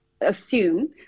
assume